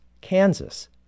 Kansas